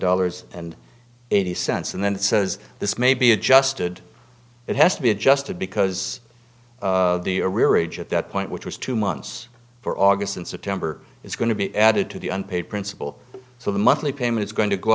dollars and eighty cents and then says this may be adjusted it has to be adjusted because the arrearage at that point which was two months for august and september is going to be added to the unpaid principal so the monthly payment is going to go